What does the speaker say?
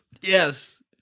Yes